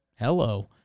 hello